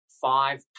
Five